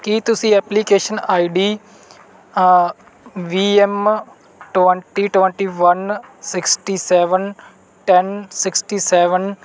ਕੀ ਤੁਸੀਂ application I D V M twenty twenty one sixty seven ten sixty seven